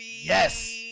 Yes